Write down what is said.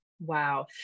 Wow